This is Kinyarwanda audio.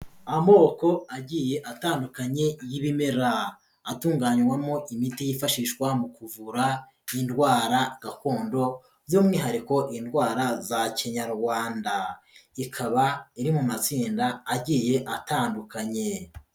Amoko agiye atandukanye y'ibimera, atunganywamo imiti yifashishwa mu kuvura indwara gakondo by'umwihariko indwara za kinyarwanda, ikaba iri mu matsinda agiye atandukanye.